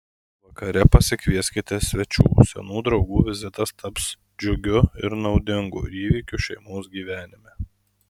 vakare pasikvieskite svečių senų draugų vizitas taps džiugiu ir naudingu įvykiu šeimos gyvenime